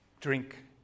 drink